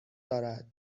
دارد